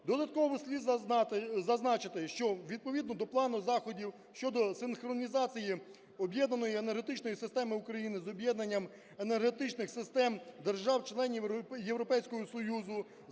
Додатково слід зазначити, що відповідно до плану заходів щодо синхронізації Об'єднаної енергетичної системи України з Об'єднанням енергетичних систем держав-членів Європейського Союзу